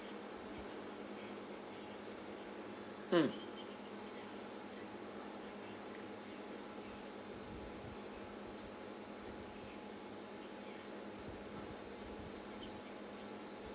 mm